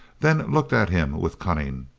then looked at him with cunning.